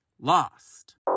lost